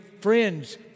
friends